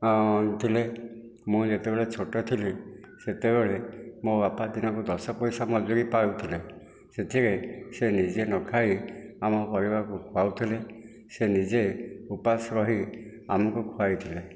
ଥିଲେ ମୁଁ ଯେତେବେଳେ ଛୋଟ ଥିଲି ସେତେବେଳେ ମୋ ବାପା ଦିନକୁ ଦଶ ପଇସା ମଜୁରୀ ପାଉଥିଲେ ସେଥିରେ ସେ ନିଜେ ନ ଖାଇ ଆମ ପରିବାରକୁ ଖୁଆଉଥିଲେ ସେ ନିଜେ ଉପାସ ରହି ଆମକୁ ଖୁଆଇଥିଲେ